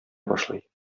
башлый